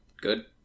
good